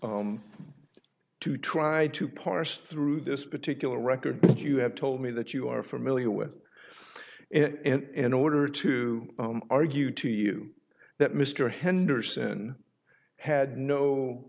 to to try to parse through this particular record you have told me that you are familiar with it in order to argue to you that mr henderson had no